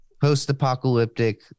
post-apocalyptic